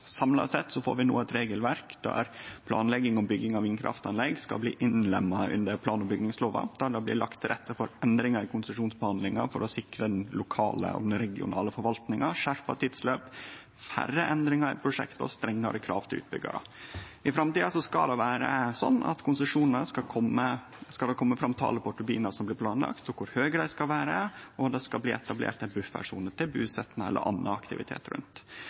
Samla sett får vi no eit regelverk der planlegging og bygging av vindkraftanlegg skal innlemmast under plan- og bygningslova, der det blir lagt til rette for endringar i konsesjonsbehandlinga for å sikre den lokale og den regionale forvaltinga, skjerpa tidsløp, færre endringar i prosjekt og strengare krav til utbyggjarar. I framtida skal det vere sånn at i konsesjonane skal det kome fram talet på turbinar som er planlagde, og kor høge dei skal vere, og det skal etablerast ei buffersone til busetnad eller annan aktivitet rundt.